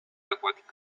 acuática